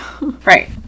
Right